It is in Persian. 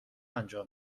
انجام